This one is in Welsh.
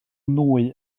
nwy